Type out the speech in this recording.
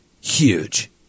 huge